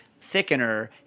thickener